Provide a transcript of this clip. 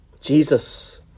Jesus